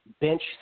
bench